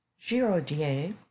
Giraudier